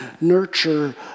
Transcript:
nurture